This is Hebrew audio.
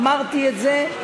אמרתי את זה.